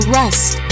rest